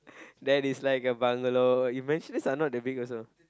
that is like a bungalow eventually are not that big also